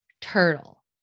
turtle